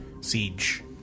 siege